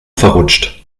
verrutscht